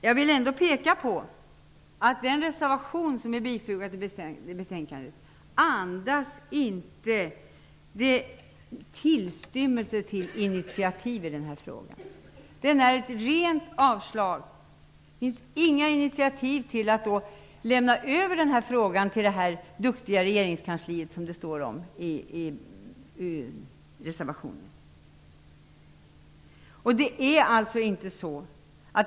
Jag vill ändock peka på att den reservation som har fogats till betänkandet inte andas en tillstymmelse till initiativ i den här frågan. Reservationen innebär ett rent avslag. Det tas inget initiativ till att frågan skall överlämnas till det duktiga regeringskansliet, som det står om i reservationen.